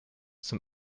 zum